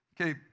Okay